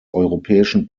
europäischen